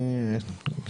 לא זה בסדר גמור,